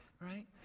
right